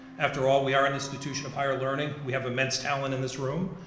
after all, we are an institution of higher learning. we have immense talent in this room.